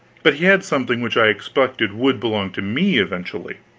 but he had something which i expected would belong to me eventually,